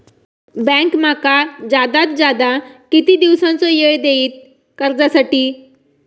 Bank माका जादात जादा किती दिवसाचो येळ देयीत कर्जासाठी?